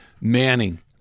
Manning